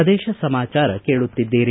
ಪ್ರದೇಶ ಸಮಾಚಾರ ಕೇಳುತ್ತಿದ್ದೀರಿ